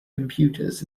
computers